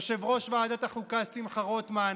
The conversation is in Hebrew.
יושב-ראש ועדת החוקה שמחה רוטמן,